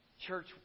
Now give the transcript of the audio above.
church